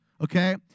Okay